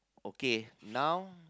okay now